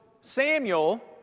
Samuel